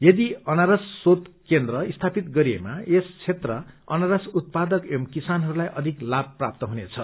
यदि अनारस शोष कन्द्र स्थापित गरिएमा यस क्षेत्र अनारस उत्पादक एव किसानहरूलाई अधिक लाम उपलब्ब हुनेछ